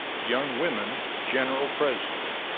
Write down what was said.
young women general president,